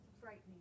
frightening